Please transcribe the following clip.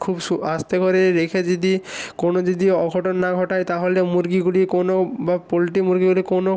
খুব সু আস্তে করে রেখে যদি কোনো যদি অঘটন না ঘটায় তাহলে মুরগিগুলি কোনো বা পোল্ট্রি মুরগিগুলি কোনো